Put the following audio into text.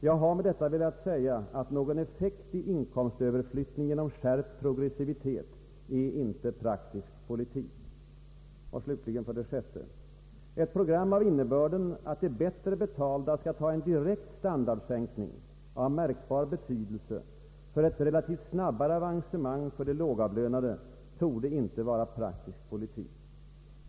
”Jag har med detta velat säga att någon effekt i inkomstöverflyttning ge Ang. en reform av beskattningen, m.m. nom skärpt progressivitet är inte praktisk politik.” 6. ”Ett program av innebörden att de bättre betalda skall ta en direkt standardsänkning av märkbar betydelse för ett relativt snabbare avancemang för de lågavlönade torde inte vara praktisk politik.